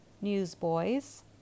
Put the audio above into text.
Newsboys